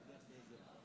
חבר הכנסת אייכלר,